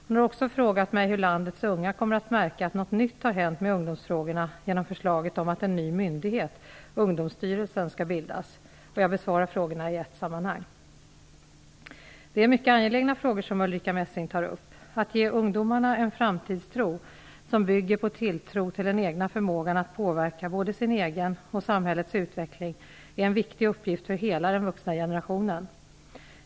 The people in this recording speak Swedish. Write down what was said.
Hon har också frågat mig hur landets unga kommer att märka att något nytt har hänt med ungdomsfrågorna genom förslaget om att en ny myndighet, Jag besvarar frågorna i ett sammanhang. Det är mycket angelägna frågor som Ulrica Messing tar upp. Att ge ungdomarna en framtidstro som bygger på tilltro till den egna förmågan att påverka både sin egen och samhällets utveckling är en viktig uppgift för hela den vuxna generationen.